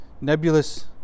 nebulous